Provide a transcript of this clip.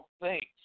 thanks